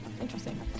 Interesting